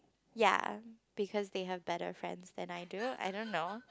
ya because they have better friends than I do I don't know